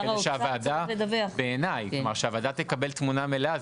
כדי שהוועדה תקבל תמונה מלאה.